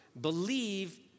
believe